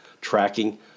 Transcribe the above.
tracking